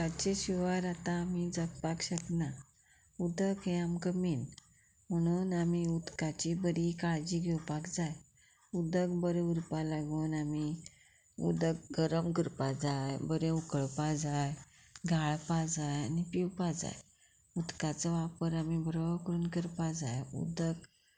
उदकाचे शिवा आतां आमी जगपाक शकना उदक हें आमकां मेन म्हणून आमी उदकाची बरी काळजी घेवपाक जाय उदक बरें उरपा लागून आमी उदक गरम करपा जाय बरें उकळपा जाय गाळपा जाय आनी पिवपा जाय उदकाचो वापर आमी बरो करून करपा जाय उदक